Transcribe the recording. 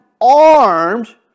armed